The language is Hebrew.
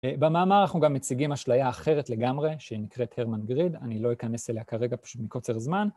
במאמר אנחנו גם מציגים אשליה אחרת לגמרי, שהיא נקראת הרמן גריד, אני לא אכנס אליה כרגע, פשוט מקוצר זמן.